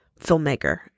filmmaker